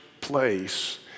place